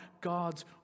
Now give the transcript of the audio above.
God's